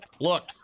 look